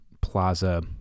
plaza